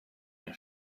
eine